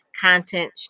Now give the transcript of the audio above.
content